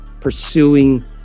pursuing